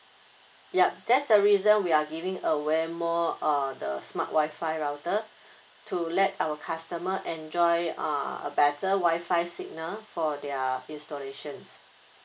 yup that's the reason we are giving away more uh the smart WI-FI router to let our customer enjoy uh a better WI-FI signal for their installations